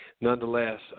Nonetheless